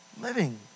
living